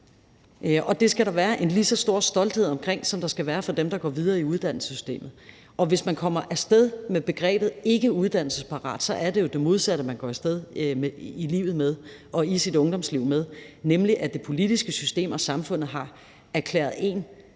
Og det skal der være en lige så stor stolthed omkring, som der skal være omkring dem, der går videre i uddannelsessystemet. Hvis man kommer af sted med begrebet ikkeuddannelsesparat, er det jo det modsatte, man kommer af sted i livet og i sit ungdomsliv med, nemlig at det politiske system og samfundet har erklæret en